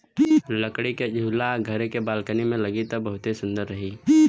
लकड़ी के झूला घरे के बालकनी में लागी त बहुते सुंदर रही